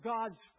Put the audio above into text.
God's